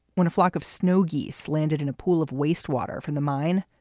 when a flock of snow geese landed in a pool of wastewater from the mine,